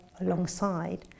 alongside